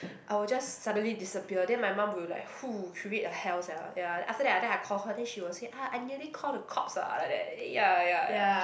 I will just suddenly disappear then my mum will like !hoo! create a hell sia ya after that then I call her then she will say ah I nearly call the cops ah like that ya ya ya